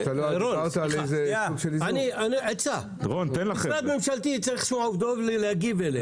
שנייה, עצה: משרד ממשלתי צריך עובדות להגיב אליהם.